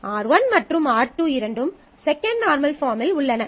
R1 மற்றும் R2 இரண்டும் second normal பாஃர்ம்மில் உள்ளன